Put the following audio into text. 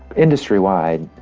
industry wide,